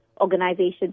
organizations